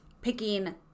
picking